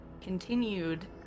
continued